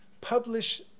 publish